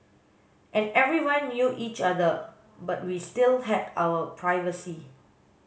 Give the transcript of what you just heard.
and everyone knew each other but we still had our privacy